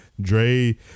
Dre